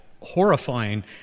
horrifying